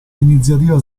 iniziativa